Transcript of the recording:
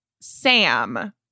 Sam